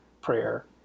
prayer